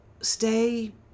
stay